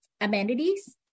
amenities